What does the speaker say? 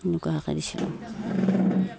এনেকুৱাকৈ দিছিলোঁ